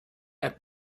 app